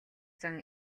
зан